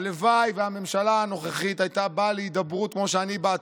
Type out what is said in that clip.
הלוואי שהממשלה הנוכחית הייתה באה להידברות כמו שאני באתי.